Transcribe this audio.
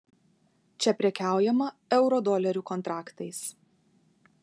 čia prekiaujama eurodolerių kontraktais